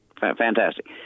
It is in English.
Fantastic